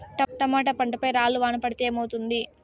Tomato పంట పై రాళ్లు వాన పడితే ఏమవుతుంది?